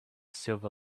silver